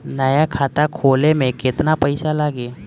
नया खाता खोले मे केतना पईसा लागि?